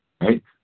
Right